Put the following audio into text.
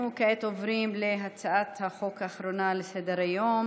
כעת אנחנו עוברים להצעת החוק האחרונה על סדר-היום: